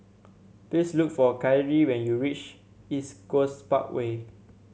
please look for Kyrie when you reach East Coast Parkway